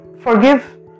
forgive